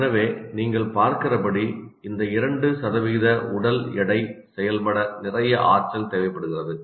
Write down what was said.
எனவே நீங்கள் பார்க்கிறபடி இந்த 2 உடல் எடை செயல்பட நிறைய ஆற்றல் தேவைப்படுகிறது